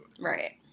Right